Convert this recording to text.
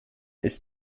ist